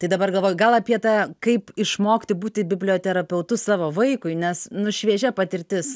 tai dabar galvoju gal apie tą kaip išmokti būti biblioterapeutu savo vaikui nes nu šviežia patirtis